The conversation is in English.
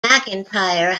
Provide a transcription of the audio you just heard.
mcintyre